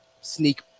sneak